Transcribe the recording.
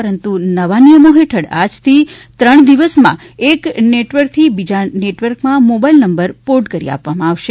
પરંતુ નવા નિયમો હેઠળ ત્રણ દિવસમાં એક નેટવર્કથી બીજા નેટવર્કમાં મોબાઈલ નંબર પોર્ટ કરી આપવામાં આવશે